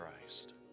Christ